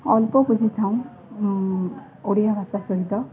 ଅଳ୍ପ ବୁଝେଇଥାଉ ଓଡ଼ିଆ ଭାଷା ସହିତ